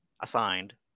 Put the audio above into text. assigned